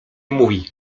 mówi